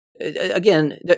again